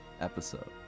episode